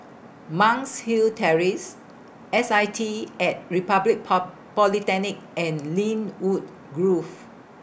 Monk's Hill Terrace S I T At Republic Polytechnic and Lynwood Grove